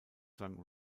sang